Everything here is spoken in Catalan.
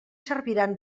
serviran